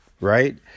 Right